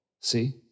See